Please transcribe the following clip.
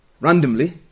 randomly